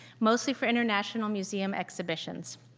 mostly for international museum exhibitions.